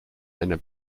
einer